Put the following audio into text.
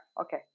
okay